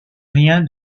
rien